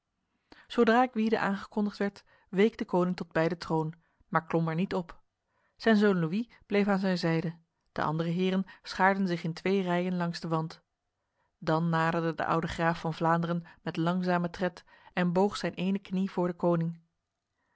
zodra gwyde aangekondigd werd week de koning tot bij de troon maar klom er niet op zijn zoon louis bleef aan zijn zijde de andere heren schaarden zich in twee rijen langs de wand dan naderde de oude graaf van vlaanderen met langzame tred en boog zijn ene knie voor de koning